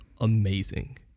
amazing